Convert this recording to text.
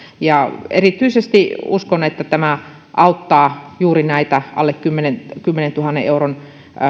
ja uskon että tämä auttaa erityisesti juuri näitä alle kymmenentuhannen euron